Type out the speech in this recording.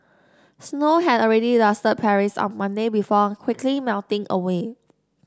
snow had already dusted Paris on Monday before quickly melting away